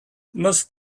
must